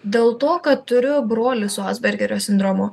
dėl to kad turiu brolį su asbergerio sindromu